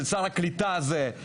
של שר הקליטה הזה,